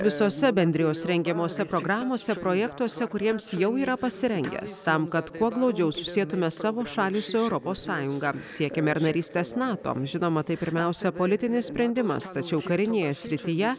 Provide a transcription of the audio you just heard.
visose bendrijos rengiamose programose projektuose kuriems jau yra pasirengęs tam kad kuo glaudžiau susietume savo šalį su europos sąjunga siekiam ir narystės nato žinoma tai pirmiausia politinis sprendimas tačiau karinėje srityje